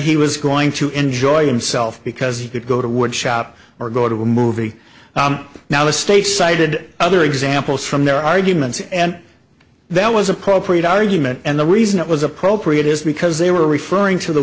he was going to enjoy himself because he could go to wood shop or go to a movie now the state cited other examples from their arguments and that was appropriate argument and the reason it was appropriate is because they were referring to the